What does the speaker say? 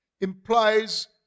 implies